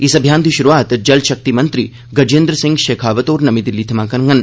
इस अभियान दी षुरूआत जलषक्ति मंत्री गजेन्द्र सिंह षेखावत होर नमीं दिल्ली थमां करगंन